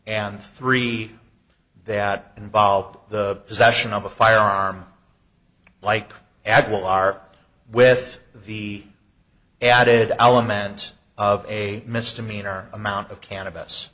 and three that involve the possession of a firearm like ed will are with the added element of a misdemeanor amount of cannabis